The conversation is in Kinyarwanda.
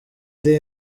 iri